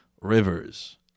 Rivers